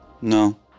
No